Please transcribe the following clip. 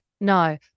No